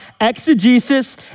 exegesis